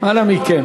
אנא מכם.